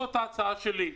זאת ההצעה שלי.